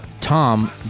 Tom